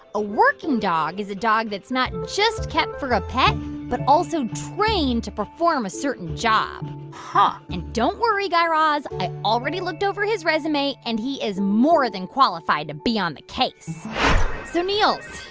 a working dog is a dog that's not just kept for a pet but also trained to perform a certain job. ah and don't worry, guy raz. i already looked over his resume, and he is more than qualified to be on the case so niels,